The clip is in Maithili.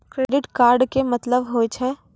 क्रेडिट कार्ड के मतलब होय छै?